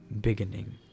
beginning